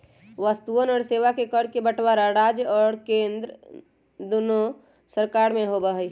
वस्तुअन और सेवा कर के बंटवारा राज्य और केंद्र दुन्नो सरकार में होबा हई